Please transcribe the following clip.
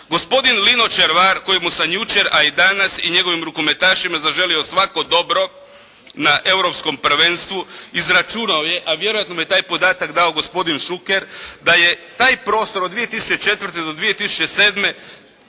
Gospodin Lino Červar kojemu sam jučer, a i danas i njegovim rukometašima zaželio svako dobro na europskom prvenstvu, izračunao je, a vjerojatno mu je taj podatak dao gospodin Šuker, da je taj prostor od 2004. do 2007.